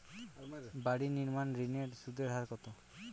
বাড়ি নির্মাণ ঋণের সুদের হার কত?